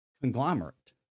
conglomerate